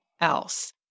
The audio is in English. else